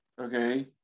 okay